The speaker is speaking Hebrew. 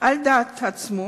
על דעת עצמו